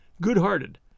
good-hearted